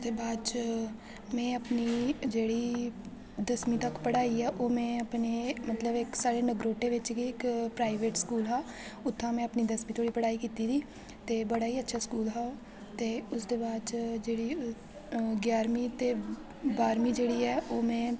ते ओह्दे बाद च में अपनी जेह्ड़ी दसमी तक पढ़ाई ऐ ओह् में अपने मतलब इक साढे़ नगरोटे बिच्च इक प्राइवेट स्कूल हा उत्थुआं में अपनी दसमीं धोड़ी पढ़ाई कीती दी ते बड़ा ही अच्छा स्कूल हा ते उसदे बाद च जेह्ड़ी ग्याह्रबी ते बाह्रमीं जेह्ड़ी ऐ ओह् में